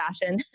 fashion